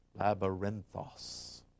labyrinthos